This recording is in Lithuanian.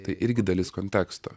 tai irgi dalis konteksto